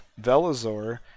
velazor